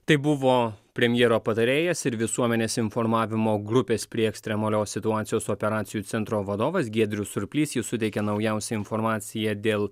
tai buvo premjero patarėjas ir visuomenės informavimo grupės prie ekstremalios situacijos operacijų centro vadovas giedrius surplys jis suteikė naujausią informaciją dėl